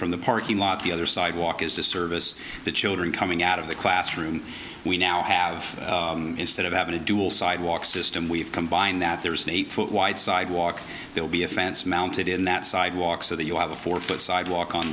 from the parking lot the other sidewalk is to service the children coming out of the classroom we now have instead of having a dual sidewalk system we have combined that there is an eight foot wide sidewalk they'll be a fence mounted in that sidewalk so that you have a four foot sidewalk on